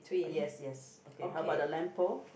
yes yes okay how about the lamp pole